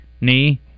knee